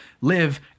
live